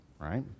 right